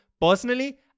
personally